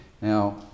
Now